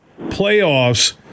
PLAYOFFS